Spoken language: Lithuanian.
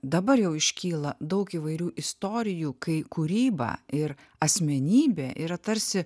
dabar jau iškyla daug įvairių istorijų kai kūryba ir asmenybė yra tarsi